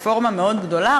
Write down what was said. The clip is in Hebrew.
רפורמה מאוד גדולה,